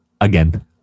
again